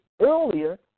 earlier